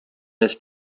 this